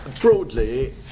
broadly